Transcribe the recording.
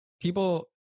people